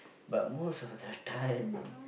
but most of the time